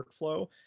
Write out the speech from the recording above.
workflow